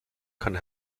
kann